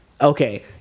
okay